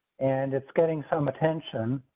and it's getting some attention